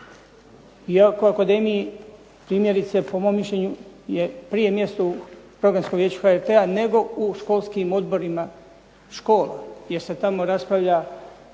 iako akademiji primjerice po mom mišljenju je prije mjesto u Programskom vijeću HRT-a nego u školskim odborima škola jer se tamo raspravlja